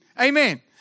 Amen